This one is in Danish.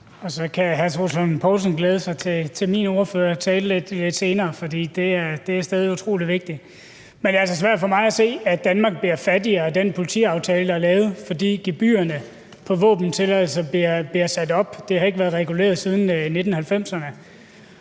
Så kan hr. Troels Lund Poulsen glæde sig til min ordførertale lidt senere, for det er stadig utrolig vigtigt. Men det er altså svært for mig at se, at Danmark bliver fattigere af den politiaftale, der er lavet, fordi gebyrerne på våbentilladelser bliver sat op. De har ikke været reguleret siden 1990'erne.